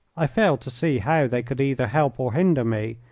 i failed to see how they could either help or hinder me,